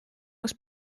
was